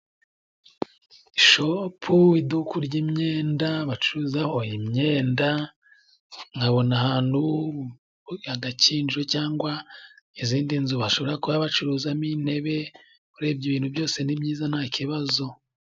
Ishopu, iduku ry'imyenda bacuruzaho imyenda, nkabona ahantu Agakinjiro cyangwa izindi nzu bashobora kuba bacuruzamo intebe, urebye ibintu byose ni byiza nta kibazo.